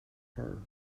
her